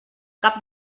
cap